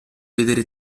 vedere